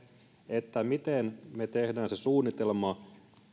että miten me teemme sen suunnitelman